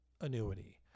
annuity